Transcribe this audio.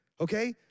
okay